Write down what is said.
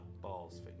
balls